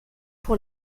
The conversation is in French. pour